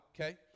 okay